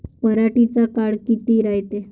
पराटीचा काळ किती रायते?